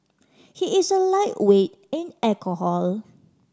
he is a lightweight in alcohol